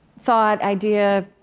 thought, idea,